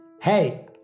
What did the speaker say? Hey